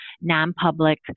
non-public